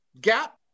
gap